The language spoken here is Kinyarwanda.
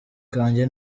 kanjye